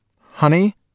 Honey